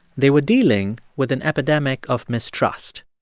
they were dealing with an epidemic of mistrust